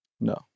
No